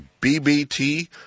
BBT